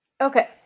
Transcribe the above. Okay